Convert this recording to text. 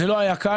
לא היה קל,